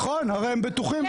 נכון, הרי הם בטוחים.